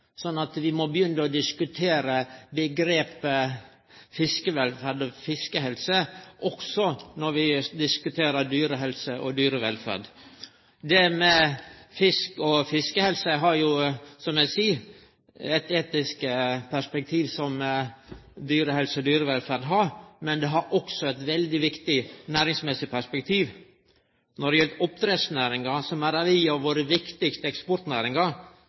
sånn at vi også må begynne å diskutere fiskevelferd og fiskehelse når vi diskuterer dyrehelse og dyrevelferd. Det med fiskevelferd og fiskehelse har, som eg seier, eit etisk perspektiv som dyrehelse og dyrevelferd har, men det har også eit veldig viktig næringsmessig perspektiv. Når det gjeld oppdrettsnæringa, som er